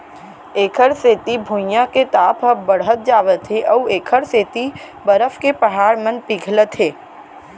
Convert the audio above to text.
एखर सेती भुइयाँ के ताप ह बड़हत जावत हे अउ एखर सेती बरफ के पहाड़ मन पिघलत हे